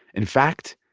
in fact,